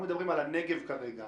אנחנו מדברים על הנגב כרגע.